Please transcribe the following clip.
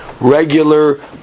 regular